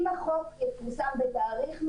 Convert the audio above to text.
לעומת זאת,